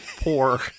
poor